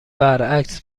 برعکس